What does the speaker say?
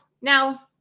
now